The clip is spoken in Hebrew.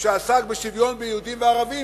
שעסק בשוויון בין יהודים וערבים,